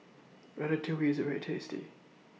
Ratatouille IS very tasty